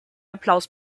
applaus